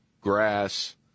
grass